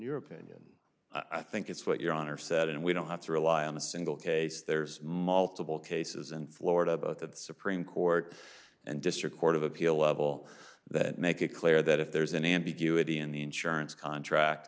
your opinion i think it's what your honor said and we don't have to rely on a single case there's multiple cases in florida that the supreme court and district court of appeal level that make it clear that if there's an ambiguity in the insurance contract